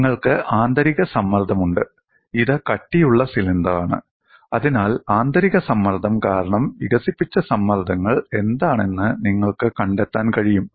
നിങ്ങൾക്ക് ആന്തരിക സമ്മർദ്ദമുണ്ട് ഇത് കട്ടിയുള്ള സിലിണ്ടറാണ് അതിനാൽ ആന്തരിക സമ്മർദ്ദം കാരണം വികസിപ്പിച്ച സമ്മർദ്ദങ്ങൾ എന്താണെന്ന് നിങ്ങൾക്ക് കണ്ടെത്താൻ കഴിയും